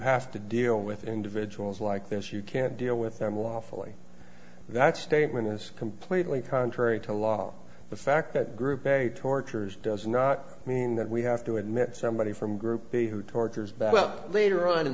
have to deal with individuals like this you can deal with them lawfully that statement is completely contrary to law the fact that group a tortures does not mean that we have to admit somebody from group b who tortures but well later on in